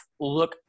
look